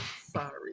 sorry